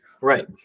right